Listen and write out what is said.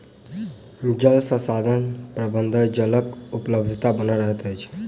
जल संसाधन प्रबंधन सँ जलक उपलब्धता बनल रहैत अछि